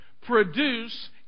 Produce